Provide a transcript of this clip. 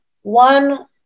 one